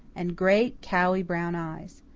and great, cowey, brown eyes.